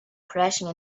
crashing